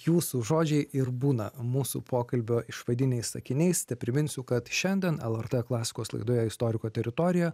jūsų žodžiai ir būna mūsų pokalbio išvadiniais sakiniais tepriminsiu kad šiandien lrt klasikos laidoje istoriko teritorija